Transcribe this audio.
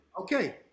Okay